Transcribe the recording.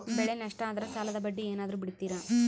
ಬೆಳೆ ನಷ್ಟ ಆದ್ರ ಸಾಲದ ಬಡ್ಡಿ ಏನಾದ್ರು ಬಿಡ್ತಿರಾ?